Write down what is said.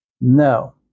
No